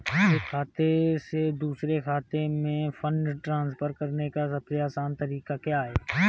एक खाते से दूसरे खाते में फंड ट्रांसफर करने का सबसे आसान तरीका क्या है?